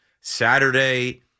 Saturday